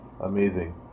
amazing